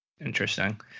interesting